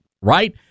right